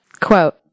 Quote